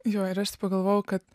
jo ir aš taip pagalvojau kad